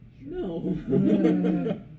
No